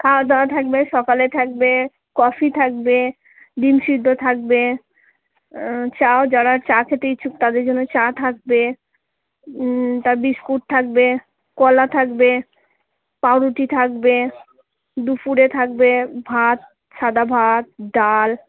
খাওয়াদাওয়া থাকবে সকালে থাকবে কফি থাকবে ডিম সিদ্ধ থাকবে চাও যারা চা খেতে ইচ্ছুক তাদের জন্য চা থাকবে তারপর বিস্কুট থাকবে কলা থাকবে পাউরুটি থাকবে দুপুরে থাকবে ভাত সাদা ভাত ডাল